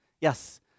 yes